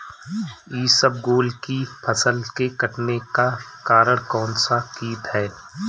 इसबगोल की फसल के कटने का कारण कौनसा कीट है?